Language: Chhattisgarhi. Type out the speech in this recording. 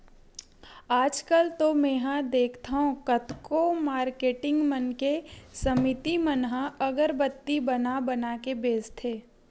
आजकल तो मेंहा देखथँव कतको मारकेटिंग मन के समिति मन ह अगरबत्ती बना बना के बेंचथे